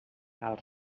cal